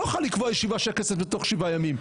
יוכל לקבוע ישיבה של הכנסת בתוך שבעה ימים.